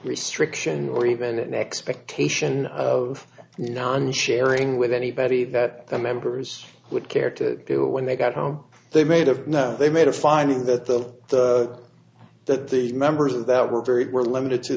restriction or even an expectation of non sharing with anybody that the members would care to do when they got home they made a no they made a finding that the that the members of that were very were limited to